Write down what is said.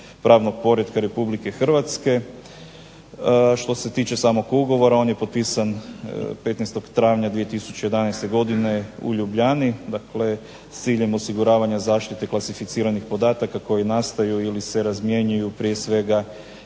pravnog poretka Republike Hrvatske. Što se tiče samog ugovora on je potpisan 15. Travnja 2011. godine u Ljubljani, dakle s ciljem osiguravanja zaštite klasificiranih podataka koji nastaju ili se razmjenjuju prije svega